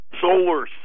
Solar